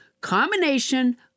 combination